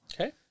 Okay